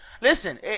Listen